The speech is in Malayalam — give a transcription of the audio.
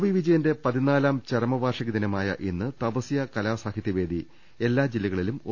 വി വിജയന്റെ പതിനാലാം ചരമവാർഷിക ദിനമായ ഇന്ന് തപസൃ കലാ സാഹിത്യവേദി എല്ലാ ജില്ലകളിലും ഒ